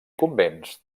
convents